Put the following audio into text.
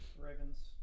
Ravens